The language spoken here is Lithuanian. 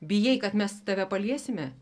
bijai kad mes tave paliesime